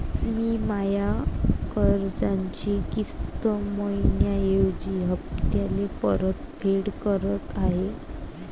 मी माया कर्जाची किस्त मइन्याऐवजी हप्त्याले परतफेड करत आहे